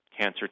cancer